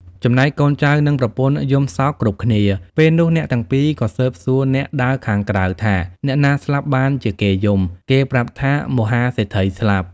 ចំណែកកូនចៅនិងប្រពន្ធយំសោកគ្រប់គ្នា ពេលនោះអ្នកទាំងពីរក៏ស៊ើបសួរអ្នកដើរខាងក្រៅថា “អ្នកណាស្លាប់បានជាគេយំ?”គេប្រាប់ថា “មហាសេដ្ឋីស្លាប់។